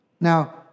Now